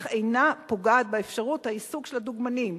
אך אינה פוגעת באפשרות העיסוק של הדוגמנים,